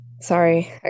Sorry